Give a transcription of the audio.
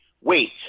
Wait